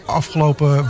afgelopen